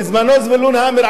בזמנו זבולון המר,